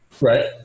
right